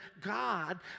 God